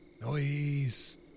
Noise